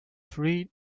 freed